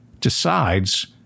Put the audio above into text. decides